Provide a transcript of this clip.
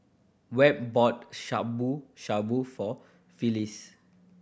Webb bought Shabu Shabu for Phyliss